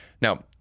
Now